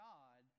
God